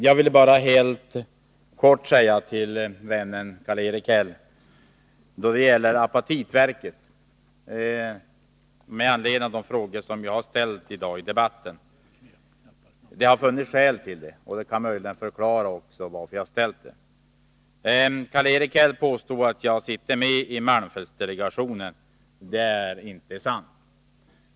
Jag vill bara helt kort säga till vännen Karl-Erik Häll att det finns skäl för de frågor som jag i dagens debatt ställt beträffande apatitverket, och jag skall något förklara varför jag ställt dem. Karl-Erik Häll påstår att jag sitter med i malmfältsutredningen. Det är inte sant.